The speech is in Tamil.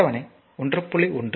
அட்டவணை 1